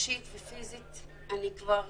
ורגשית ופיזית כבר